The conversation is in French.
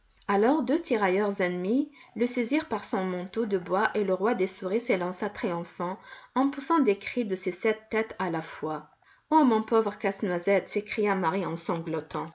alors deux tirailleurs ennemis le saisirent par son manteau de bois et le roi des souris s'élança triomphant en poussant des cris de ses sept têtes à la fois ô mon pauvre casse-noisette s'écria marie en sanglotant